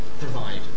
provide